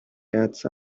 cats